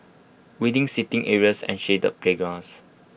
windy seating areas and shaded playgrounds